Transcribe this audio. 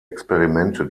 experimente